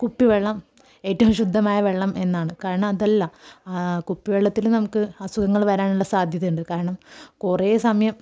കുപ്പിവെള്ളം ഏറ്റവും ശുദ്ധമായ വെള്ളം എന്നാണ് കാരണം അതല്ല കുപ്പിവെള്ളത്തിൽ നമുക്ക് അസുഖങ്ങൾ വരാനുള്ള സാദ്ധ്യതയുണ്ട് കാരണം കുറേ സമയം